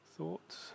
Thoughts